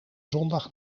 zondag